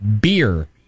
beer